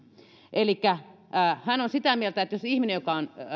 elikkä hän on sitä mieltä että jos ihminen joka on